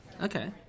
Okay